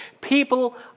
people